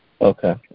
Okay